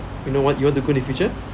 you know you want to go in the future